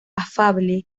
afable